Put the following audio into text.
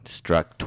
struck